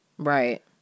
Right